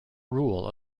rule